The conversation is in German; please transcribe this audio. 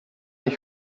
ich